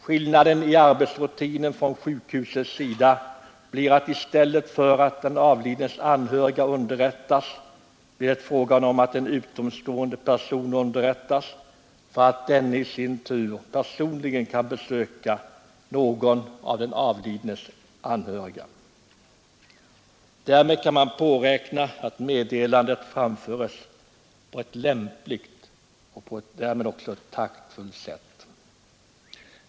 Skillnaden i arbetsrutinen för sjukhuset blir att sjukhuset i stället för att underrätta den avlidnes anhöriga underrättar en utomstående person så att denne i sin tur personligen kan besöka någon av den avlidnes anhöriga. Därmed kan man påräkna att meddelandet framförs på ett lämpligt och därmed också taktfullt sätt.